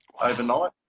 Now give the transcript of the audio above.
overnight